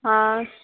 हँ